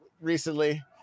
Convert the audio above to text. recently